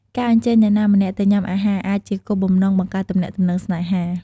ការអញ្ជើញអ្នកណាម្នាក់ទៅញ៉ាំអាហារ អាចជាគោលបំណងបង្កើតទំនាក់ទំនងស្នេហា។